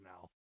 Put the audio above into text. now